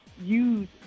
use